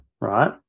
right